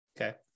Okay